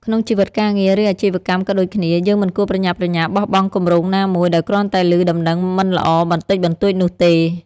ក្នុងជីវិតការងារ ឬអាជីវកម្មក៏ដូចគ្នា យើងមិនគួរប្រញាប់ប្រញាល់បោះបង់គម្រោងណាមួយ ដោយគ្រាន់តែឮដំណឹងមិនល្អបន្តិចបន្តួចនោះទេ។